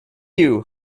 you